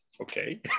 okay